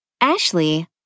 Ashley